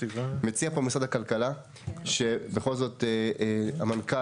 מציע פה משרד הכלכלה שבכל זאת המנכ"ל